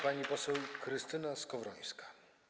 Pani poseł Krystyna Skowrońska.